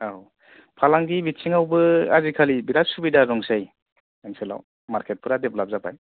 औ फालांगि बिथिङावबो आजिखालि बिराथ सुबिदा दंसै ओनसोलाव मार्केटफ्रा डेभेलाप जाबाय